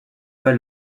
pas